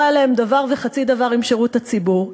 היה להם דבר וחצי דבר עם שירות הציבור,